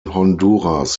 honduras